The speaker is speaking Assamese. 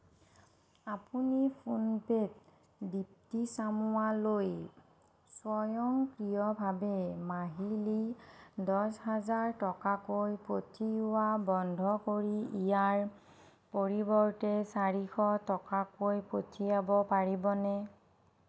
আপুনি ফোনপে'ত দিপ্তী চামুৱালৈ স্বয়ংক্ৰিয়ভাৱে মাহিলী দহ হাজাৰ টকাকৈ পঠিওৱা বন্ধ কৰি ইয়াৰ পৰিৱৰ্তে চাৰিশ টকাকৈ পঠিয়াব পাৰিবনে